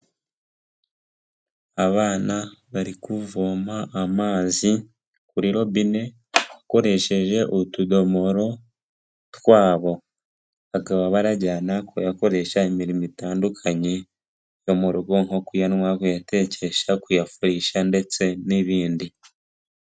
Abana bari kuvoma amazi kuri robine bakoresheje utudomoro twabo; bakaba barayajyana kuyakoresha imirimo itandukanye yo mu rugo nko kuyanywa, kuyatekesha, kuyafurisha ndetse n'ibindi.